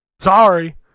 Sorry